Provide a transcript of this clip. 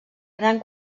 gran